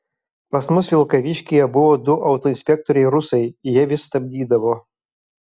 pas mus vilkaviškyje buvo du autoinspektoriai rusai jie vis stabdydavo